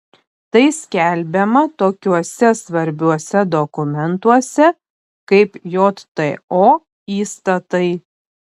tai skelbiama tokiuose svarbiuose dokumentuose kaip jto įstatai